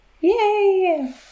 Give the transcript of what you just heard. Yay